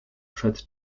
przed